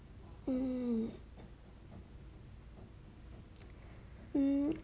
hmm hmm hmm